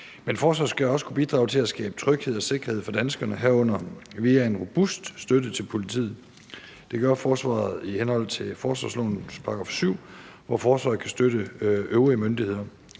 Men forsvaret skal også kunne bidrage til at skabe tryghed og sikkerhed for danskerne, herunder via en robust støtte til politiet. Det gør forsvaret i henhold til forsvarslovens § 7, hvorefter forsvaret kan støtte øvrige myndigheder.